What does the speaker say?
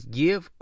give